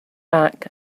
back